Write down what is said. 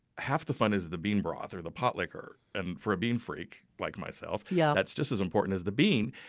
half the fun is the bean broth and the pot licker, and for a bean freak like myself, yeah that's just as important as the bean.